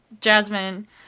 Jasmine